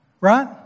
Right